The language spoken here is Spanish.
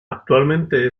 actualmente